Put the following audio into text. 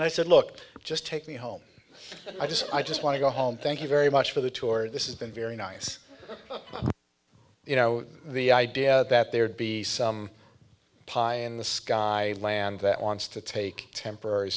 and i said look just take me home i just i just want to go home thank you very much for the tour this is been very nice you know the idea that there'd be some pie in the sky land that wants to take temporary